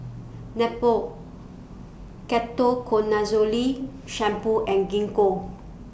Nepro Ketoconazole Shampoo and Gingko